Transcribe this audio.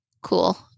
cool